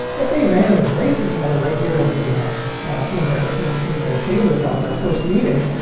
if they ran and embraced each other right here in the ah in their, in, in their chambers on their first meeting,